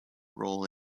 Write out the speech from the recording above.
role